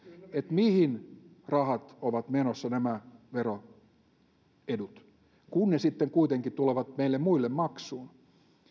mihin rahat ovat menossa nämä veroedut kun ne sitten kuitenkin tulevat meille muille maksuun